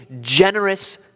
generous